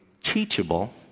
teachable